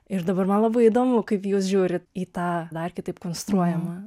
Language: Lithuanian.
ir dabar man labai įdomu kaip jūs žiūrit į tą dar kitaip konstruojamą